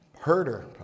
Herder